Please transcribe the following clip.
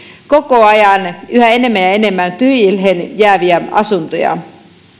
koko ajan yhä enemmän ja enemmän tyhjilleen jääviä asuntoja